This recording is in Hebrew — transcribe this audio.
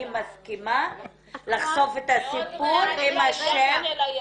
אני מסכימה לחשוף את הסיפור עם השם?